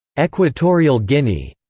equatorial guinea.